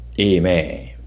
Amen